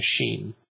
machine